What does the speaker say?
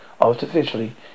artificially